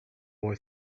boy